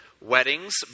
weddings